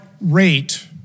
rate